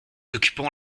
occupons